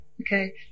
okay